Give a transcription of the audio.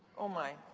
oh, my.